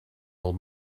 old